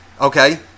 okay